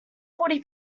forty